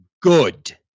Good